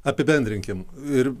apibendrinkim ir